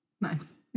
Nice